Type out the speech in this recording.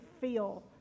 feel